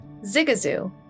Zigazoo